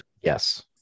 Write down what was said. Yes